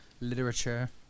literature